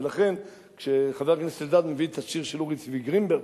ולכן כשחבר הכנסת אלדד מביא את השיר של אורי צבי גרינברג,